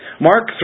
Mark